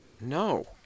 no